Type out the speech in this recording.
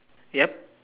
yup